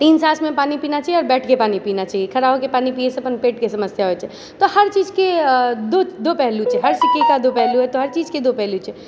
तीन साँसमे पानि पीना चाहिए आओर बैठके पानि पीना चाहिए खड़ा होके पानि पियै से अपन पेटके समस्या होइ छै तऽ हर चीजके दो दो पहलु छै हर सिक्के का दो पहलु हर चीजके दो पहलु छै